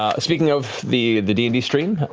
ah speaking of the the d and d stream,